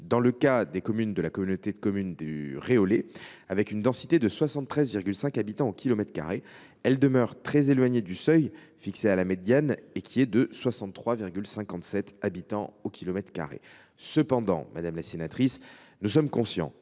communes. Les communes de la communauté de communes du Réolais, dont la densité est de 73,5 habitants par kilomètre carré, demeurent très éloignées du seuil, fixé à la médiane, c’est à dire à 63,57 habitants par kilomètre carré. Cependant, madame la sénatrice, nous sommes conscients